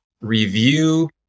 review